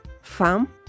farm